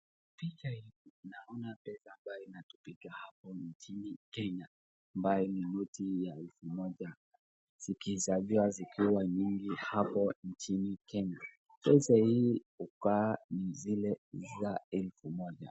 Pesa ambayo inatumika hapo nchini Kenya ambayo ni noti ya elfu moja zikihesabiwa zikiwa nyingi hapo nchini Kenya. Pesa hii hukaa ni zile za elfu moja.